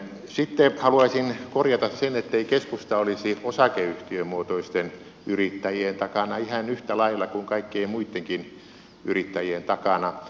sitten haluaisin korjata sen ettei keskusta olisi osakeyhtiömuotoisten yrittäjien takana ihan yhtä lailla kuin kaikkien muittenkin yrittäjien takana